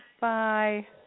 Bye